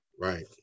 right